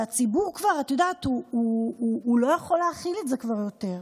והציבור כבר לא יכול להכיל את זה יותר.